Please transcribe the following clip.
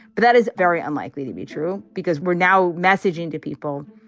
but that is very unlikely to be true because we're now messaging to people.